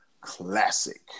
classic